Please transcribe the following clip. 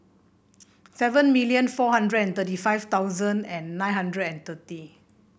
seven million four hundred thirty five thousand and nine hundred thirty